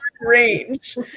range